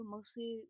Mostly